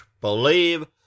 believe